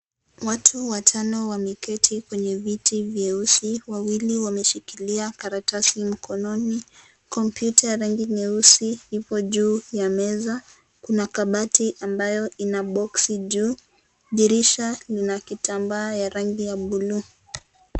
Watu watano wameketi kwenye viti vyeusi, wawili wameshikilia karatasi mkononi, kompyuta ya rangi nyeusi ipo juu ya meza, kuna kabati ambayo ina boksi juu, dirisha ina kitambaa ya rangi ya bluu.